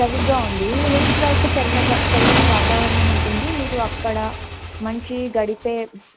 సరిగా ఉంది హిల్స్ వైపు చల్లగా చల్లని వాతావరణం ఉంటుంది మీరు అక్కడ మంచిగా గడిపే